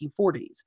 1940s